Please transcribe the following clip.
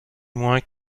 moins